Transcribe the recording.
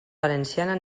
valenciana